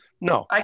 no